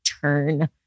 turn